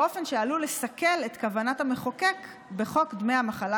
באופן שעלול לסכל את כוונת המחוקק בחוק דמי מחלה,